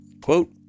Quote